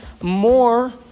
more